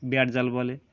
বেড় জাল বলে